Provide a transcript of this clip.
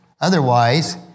Otherwise